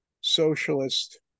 socialist